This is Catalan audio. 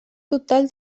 total